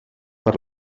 per